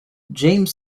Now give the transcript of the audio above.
james